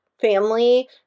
family